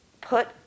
put